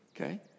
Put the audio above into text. okay